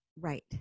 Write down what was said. Right